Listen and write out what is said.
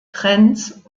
trends